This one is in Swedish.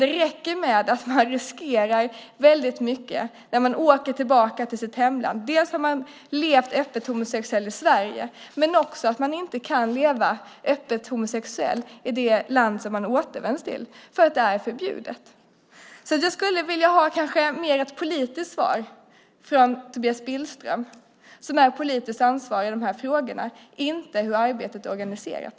Det räcker med att man dels riskerar mycket när man åker tillbaka till sitt hemland, dels har levt som öppet homosexuell i Sverige och dels inte kan leva som öppet homosexuell i det land man återvänder till eftersom det är förbjudet. Jag skulle vilja ha ett mer politiskt svar från Tobias Billström som är politiskt ansvarig i frågorna, inte hur arbetet är organiserat.